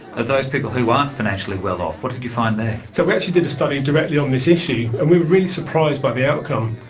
ah those people who aren't financially well off, what did you find there? so we actually did a study directly on this issue, and we were really surprised by the outcome.